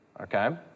okay